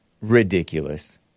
Ridiculous